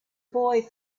boy